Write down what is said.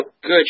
good